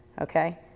okay